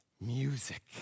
music